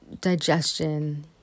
digestion